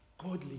Godly